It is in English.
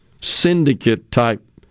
syndicate-type